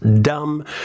dumb